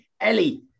Ellie